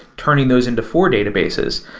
turning those into four databases.